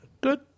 Good